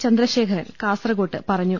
ചന്ദ്രശേഖരൻ കാസർകോട്ട് പറഞ്ഞു